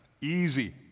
easy